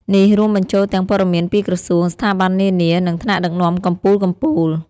នេះរួមបញ្ចូលទាំងព័ត៌មានពីក្រសួង ស្ថាប័ននានា និងថ្នាក់ដឹកនាំកំពូលៗ។